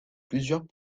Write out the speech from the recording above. plusieurs